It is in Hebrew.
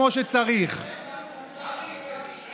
זו הזדמנות עבורנו לחבר יותר